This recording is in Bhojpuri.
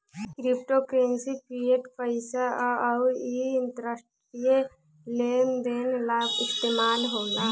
क्रिप्टो करेंसी फिएट पईसा ह अउर इ अंतरराष्ट्रीय लेन देन ला इस्तमाल होला